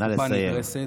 לאסקופה נדרסת.